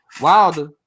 Wilder